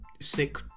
sick